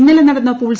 ഇന്നലെ നടന്ന പൂൾ